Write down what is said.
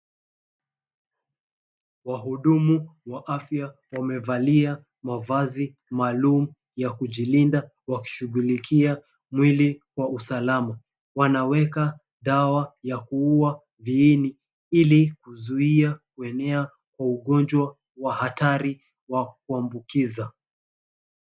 Wahudumu wa afya wamevalia mavazi maalum ya kujilinda wakishughulikia mwili wa usalama. Wanaweka dawa ya kuuwa viini ili kuzuia kuenea kwa ugonjwa wa hatari wa kuambukiza.